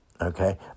Okay